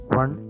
one